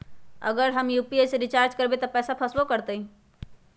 अगर हम यू.पी.आई से रिचार्ज करबै त पैसा फसबो करतई?